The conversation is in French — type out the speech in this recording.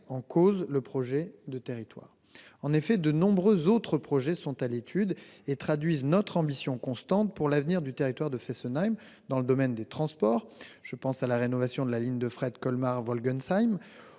en cause le projet de territoire. En effet, de nombreux autres projets sont à l'étude. Ils traduisent notre ambition constante pour l'avenir du territoire de Fessenheim, d'abord dans le domaine des transports. Je pense à la rénovation de la ligne de fret Colmar-Volgelsheim,